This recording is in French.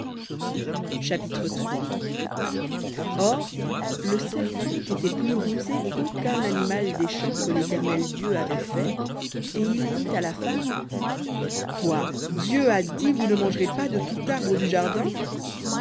chapitre or le serpent était plus rusé qu'aucun animal des champs que l'éternel dieu avait fait et il dit à la femme quoi dieu a dit vous ne mangerez pas de tout arbre du jardin